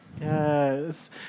Yes